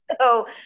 so-